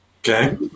Okay